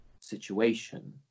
situation